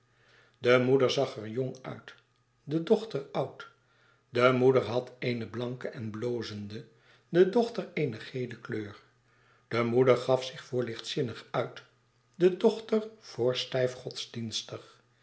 de moeder zag er jong uit de dochter oud de moeder had eene blanke en blozende de dochter eene gele kleur de moeder gaf zich voor lichtzinnig uit de dochter voor stijf godsdienstig